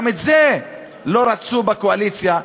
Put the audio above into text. גם את זה לא רצו בקואליציה.